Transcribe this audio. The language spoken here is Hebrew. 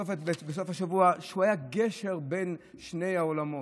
שהוא היה גשר בין שני העולמות.